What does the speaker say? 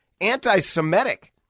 anti-Semitic